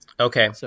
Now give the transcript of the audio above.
Okay